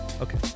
Okay